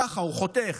ככה, הוא חותך.